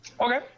Okay